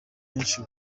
menshi